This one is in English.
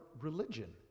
religion